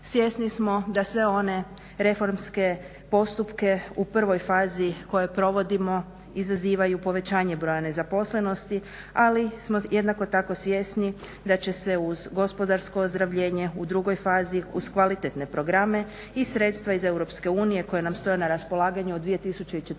Svjesni smo da sve one reformske postupke u prvoj fazi koje provodimo izazivaju povećanje broja nezaposlenosti ali smo jednako tako svjesni da će se uz gospodarsko ozdravljenje u drugoj fazi uz kvalitetne programe i sredstva iz Europske unije koja nam stoje na raspolaganju od 2014.